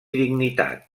dignitat